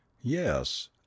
YES